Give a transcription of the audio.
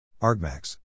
Argmax